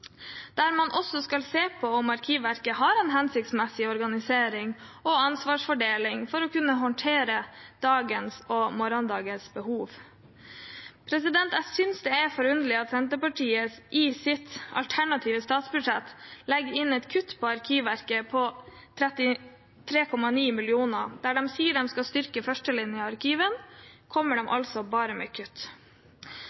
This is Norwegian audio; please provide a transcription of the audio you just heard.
der man også skal se på om Arkivverket har en hensiktsmessig organisering og ansvarsfordeling for å kunne håndtere dagens og morgendagens behov. Jeg synes det er forunderlig at Senterpartiet i sitt alternative statsbudsjett legger inn et kutt til Arkivverket på 33,9 mill. kr. Der de sier at de skal styrke førstelinjen i arkivene, kommer